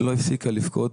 לא הפסיקה לבכות,